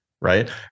Right